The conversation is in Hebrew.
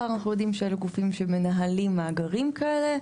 אנחנו יודעים שאלה גופים שמנהלים מאגרים כאלה.